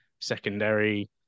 secondary